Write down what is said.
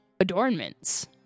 adornments